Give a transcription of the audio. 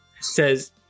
says